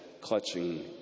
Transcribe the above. clutching